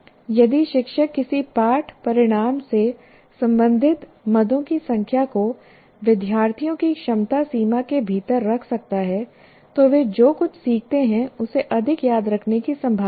यदि शिक्षक किसी पाठपरिणाम से संबंधित मदों की संख्या को विद्यार्थियों की क्षमता सीमा के भीतर रख सकता है तो वे जो कुछ सीखते हैं उसे अधिक याद रखने की संभावना है